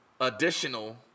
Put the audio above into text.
additional